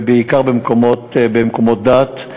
בעיקר במקומות דת,